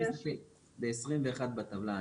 ב-21 בטבלה,